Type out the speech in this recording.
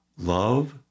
love